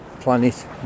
planet